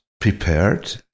prepared